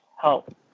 help